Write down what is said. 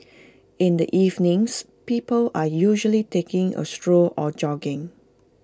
in the evenings people are usually taking A stroll or jogging